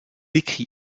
écrit